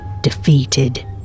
defeated